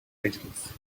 angeles